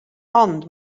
ond